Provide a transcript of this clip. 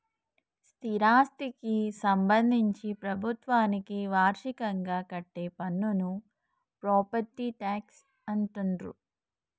స్థిరాస్థికి సంబంధించి ప్రభుత్వానికి వార్షికంగా కట్టే పన్నును ప్రాపర్టీ ట్యాక్స్ అంటుండ్రు